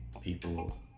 People